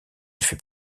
fait